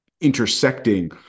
intersecting